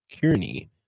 Kearney